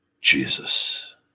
Jesus